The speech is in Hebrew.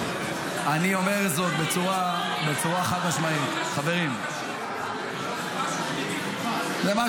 אני אומר זאת בצורה חד-משמעית: חברים --- זה לא קשור.